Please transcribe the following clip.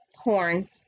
Horn